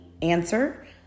Answer